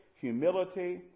humility